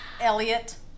Elliot